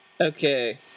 Okay